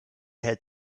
had